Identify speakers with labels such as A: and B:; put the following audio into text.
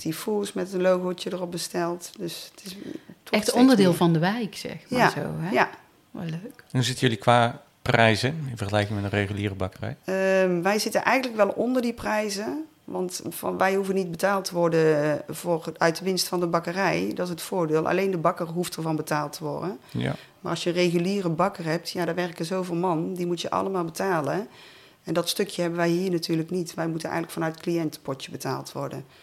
A: petit fours met een logootje erop besteld. Dus het is- het
B: Echt
A: wordt steeds
B: onderdeel
A: meer.
B: van de wijk, zeg maar
A: Ja,
B: zo, hè?
A: ja.
B: Wel leuk.
C: Hoe zitten jullie qua prijzen in vergelijking met een reguliere bakkerij?
A: Ehm, wij zitten eigenlijk wel onder die prijzen, want van- wij hoeven niet betaald te worden voor het- uit de winst van de bakkerij. Dat is het voordeel. Alleen de bakker hoeft ervan betaald te worden.
C: Ja.
A: Maar als je een reguliere bakker hebt, ja, daar werken zoveel man, die moet je allemaal betalen. En dat stukje hebben wij hier natuurlijk niet. Wij moeten eigenlijk vanuit het cliëntenpotje betaald worden.